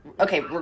okay